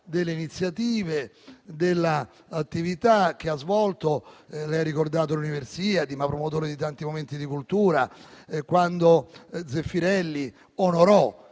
delle iniziative e dell'attività che ha svolto: lei ha ricordato le Universiadi, ma è stato promotore di tanti momenti di cultura. Penso e quando Zeffirelli onorò